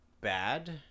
bad